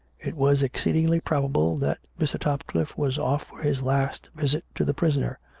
it was exceedingly probable that mr. topcliffe was off for his last visit to the pris'oner,